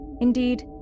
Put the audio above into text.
Indeed